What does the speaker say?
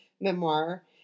memoir